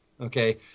Okay